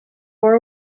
war